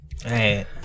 Hey